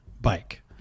bike